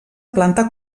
planta